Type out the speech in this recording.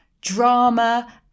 drama